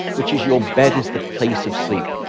which is your bed is the place of sleep.